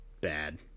bad